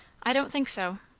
i don't think so.